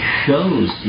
shows